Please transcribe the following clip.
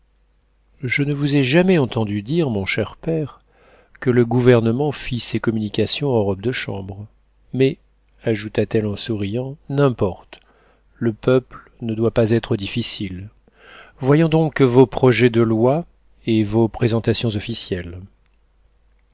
je ne vous ai jamais entendu dire mon cher père que le gouvernement fît ses communications en robe de chambre mais ajouta-t-elle en souriant n'importe le peuple ne doit pas être difficile voyons donc vos projets de lois et vos présentations officielles